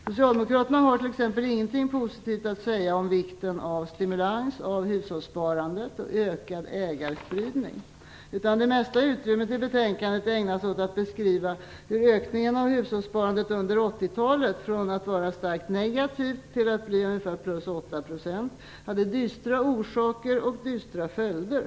Socialdemokraterna har t.ex. ingenting positivt att säga om vikten av stimulans av hushållssparandet och ökad ägarspridning. Det mesta utrymmet i betänkandet ägnas åt att beskriva hur ökningen av hushållssparandet under 80-talet från att vara starkt negativ till att bli ungefär +8 % hade dystra orsaker och dystra följder.